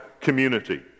community